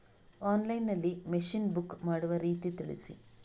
Online ನಲ್ಲಿ machine book ಮಾಡುವ ರೀತಿ ತಿಳಿಸಿ?